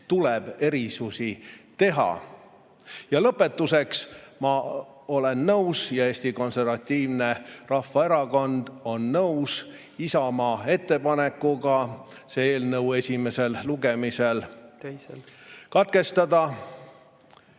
tuleb erisusi teha. Ning lõpetuseks ma olen nõus ja kogu Eesti Konservatiivne Rahvaerakond on nõus Isamaa ettepanekuga selle eelnõu esimene lugemine katkestada.